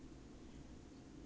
then you leh